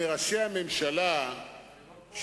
אמרתי לו שהזמנו אוכל,